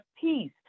peace